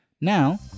now